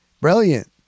brilliant